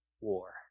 war